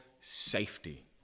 safety